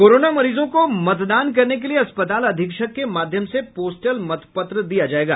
corona मरीजों को मतदान करने के लिए अस्पताल अधीक्षक के माध्यम से पोस्टल मतपत्र दिया जायेगा